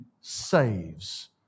saves